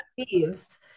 thieves